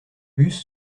bus